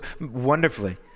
wonderfully